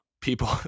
people